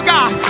God